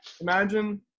Imagine